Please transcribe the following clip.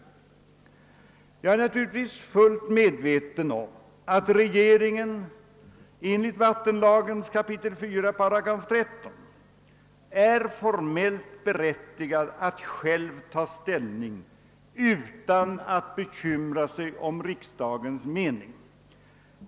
Jag är naturligtvis fullt medveten om att regeringen enligt vattenlagens 4 kap. 13 § är formellt berättigad att själv ta ställning till frågan utan att bekymra sig om riksdagens mening.